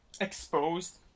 exposed